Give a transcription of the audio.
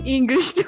English